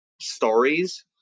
stories